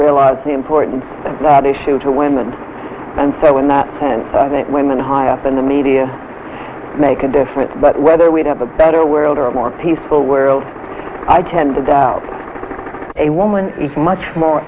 realize the importance of that issue to women and so in that sense of it women high up in the media make a difference but whether we'd have a better world or a more peaceful world i tend to doubt a woman is much more